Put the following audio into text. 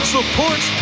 Support